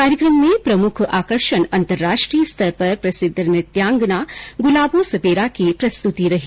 कार्यक्रम में प्रमुख आकर्षण अंतर्राष्ट्रीय स्तर पर प्रसिद्ध नृत्यांगना गुलाबों सपेरा की प्रस्तुति रही